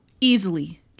easily